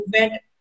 movement